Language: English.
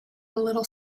little